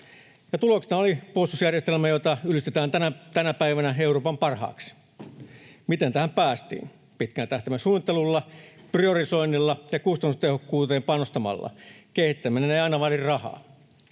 tuloksena oli puolustusjärjestelmä, jota ylistetään tänä päivänä Euroopan parhaaksi. Miten tähän päästiin? Pitkän tähtäimen suunnittelulla, priorisoinnilla ja kustannustehokkuuteen panostamalla. Kehittäminen ei aina vaadi rahaa.